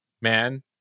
man